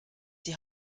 die